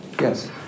Yes